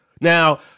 Now